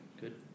Good